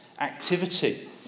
activity